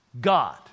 God